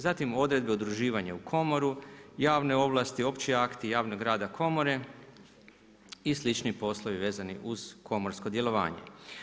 Zatim odredbe udruživanja u komoru, javne ovlasti, opće akti javnog grada komore i slični poslovi vezani uz komorsko djelovanje.